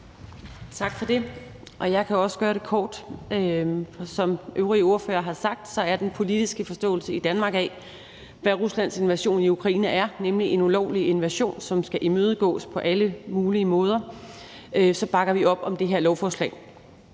Tak for det. Jeg kan også gøre det kort. For som øvrige ordførere har sagt, er den politiske forståelse i Danmark af, hvad Ruslands invasion af Ukraine er, at det er en ulovlig invasion, som skal imødegås på alle mulige måder, og vi bakker op om det her lovforslag.